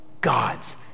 God's